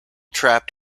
trapped